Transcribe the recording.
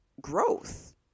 growth